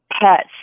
pets